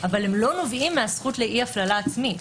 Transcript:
אבל הם לא נובעים מהזכות לאי הפללה עצמית.